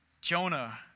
Jonah